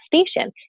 station